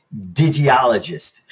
digiologist